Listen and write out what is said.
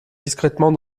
discrètement